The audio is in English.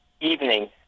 evening